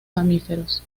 mamíferos